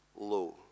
low